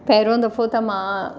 पहिरों दफ़ो त मां